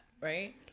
Right